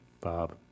Bob